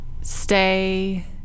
stay